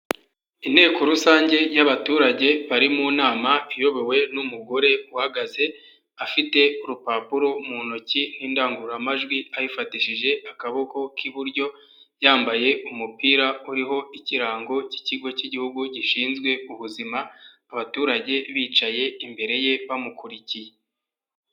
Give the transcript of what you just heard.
Inteko rusange y'abaturage bari mu nama iyobowe n'umugore uhagaze, afite urupapuro mu ntoki n'indangururamajwi ayifatishije akaboko k'iburyo, yambaye umupira uriho ikirango k'Ikigo k'Igihugu gishinzwe ubuzima, abaturage bicaye imbere ye bamukurikiye.